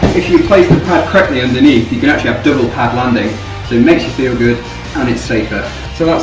if you place the pad correctly underneath you can actually have double pad landing. so it makes you feel good and it's safer so that's